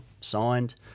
signed